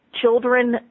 children